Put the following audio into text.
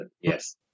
Yes